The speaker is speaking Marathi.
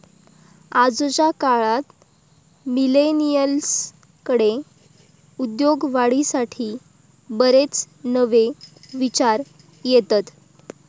आजच्या काळात मिलेनियल्सकडे उद्योगवाढीसाठी बरेच नवे विचार येतत